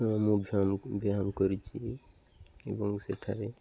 ମୁଁ କରିଛି ଏବଂ ସେଠାରେ